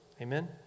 Amen